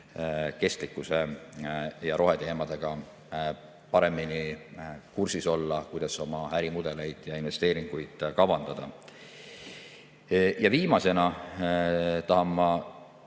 kestlikkuse ja roheteemadega paremini kursis olla, kuidas oma ärimudeleid ja investeeringuid kavandada. Viimasena tahan ma